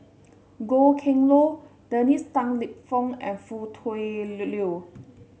Goh Kheng Long Dennis Tan Lip Fong and Foo Tui Liew